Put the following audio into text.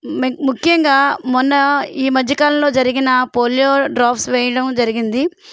ముఖ్యంగా మొన్న ఈ మధ్యకాలంలో జరిగిన పోలియో డ్రాప్స్ వేయడం జరిగింది